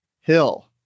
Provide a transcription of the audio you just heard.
Hill